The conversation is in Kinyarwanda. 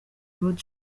road